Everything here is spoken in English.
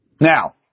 Now